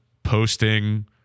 posting